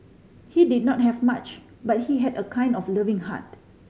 he did not have much but he had a kind of loving heart